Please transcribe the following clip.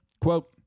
Quote